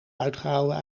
uitgehouwen